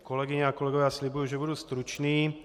Kolegyně a kolegové, slibuji, že budu stručný.